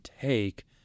take